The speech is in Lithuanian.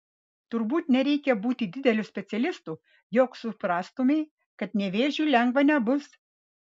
turbūt nereikia būti dideliu specialistu jog suprastumei kad nevėžiui lengva nebus